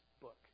book